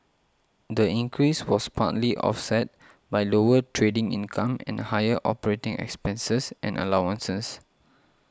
the increase was partly offset by lower trading income and higher operating expenses and allowances